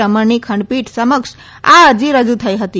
રમણની ખંડપીઠ સમક્ષ આ અરજી રજુ થઈ હતી